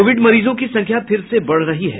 Covid मरीजों की संख्या फिर से बढ़ रही है